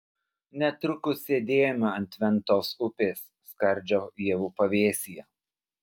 netrukus sėdėjome ant ventos upės skardžio ievų pavėsyje